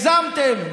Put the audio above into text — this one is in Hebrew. הגזמתם.